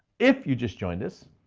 if you just joined us,